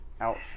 Ouch